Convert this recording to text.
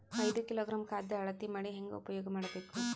ಐದು ಕಿಲೋಗ್ರಾಂ ಖಾದ್ಯ ಅಳತಿ ಮಾಡಿ ಹೇಂಗ ಉಪಯೋಗ ಮಾಡಬೇಕು?